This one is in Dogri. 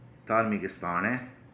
धार्मिक स्थान ऐ